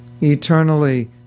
Eternally